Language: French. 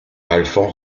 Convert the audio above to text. alphand